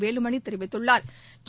வேலுமணி தெரிவித்துள்ளா்